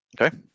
Okay